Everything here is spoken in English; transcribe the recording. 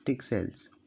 cells